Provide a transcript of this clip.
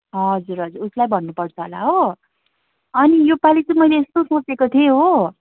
हजुर हजुर उसलाई भन्नपर्छ होला हो अनि योपालि चाहिँ मैले यस्तो सोचेको थिएँ हो